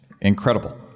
Incredible